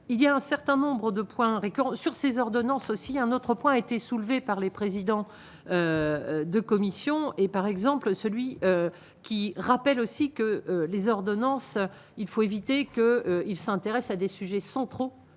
il y a un certain nombre de points récurrent sur ces ordonnances aussi un autre point a été soulevé par les présidents de commission et par exemple celui qui rappelle aussi que les ordonnances, il faut éviter que il s'intéresse à des sujets centraux